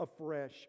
afresh